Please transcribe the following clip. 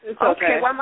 Okay